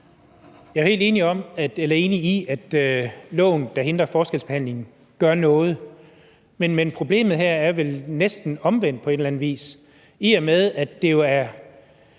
Jeg er helt enig i, at loven, der hindrer forskelsbehandling, gør noget, men problemet her er vel næsten omvendt på en eller anden vis, i og med at det jo er,